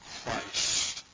Christ